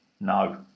no